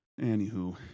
anywho